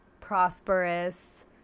prosperous